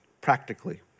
practically